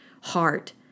heart